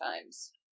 times